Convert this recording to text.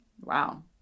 Wow